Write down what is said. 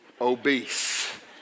obese